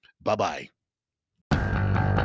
Bye-bye